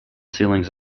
ceilings